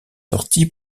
sorties